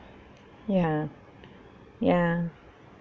ya ya